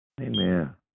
Amen